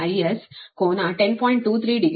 23 degree